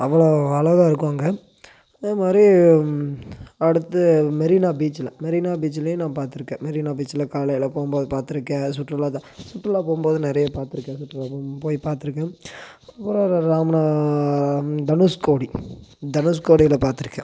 அவ்வளோ அழகாக இருக்கும் அங்கே அதே மாதிரி அடுத்து மெரினா பீச்சுல மெரினா பீச்சிலியும் நான் பார்த்துருக்கேன் மெரினா பீச்சுல காலையில் போகும்போது பார்த்துருக்கேன் சுற்றுலா சுற்றுலா போகும்போது நிறைய பார்த்துருக்கேன் சுற்றுலா போய் பார்த்திருக்கேன் ராம்னா தனுஷ்கோடி தனுஷ்கோடியில் பார்த்திருக்கேன்